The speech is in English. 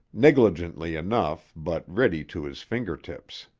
negligently enough, but ready to his fingertips.